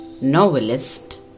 novelist